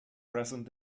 present